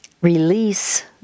release